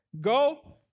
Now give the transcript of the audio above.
go